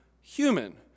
human